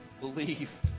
believe